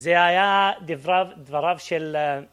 זה היה דבר דבריו של...